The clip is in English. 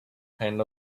kind